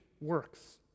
works